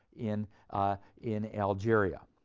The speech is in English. in in algeria.